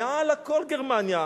מעל הכול גרמניה.